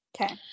Okay